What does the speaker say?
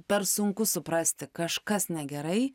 per sunku suprasti kažkas negerai